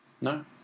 No